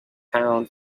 pound